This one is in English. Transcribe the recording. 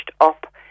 up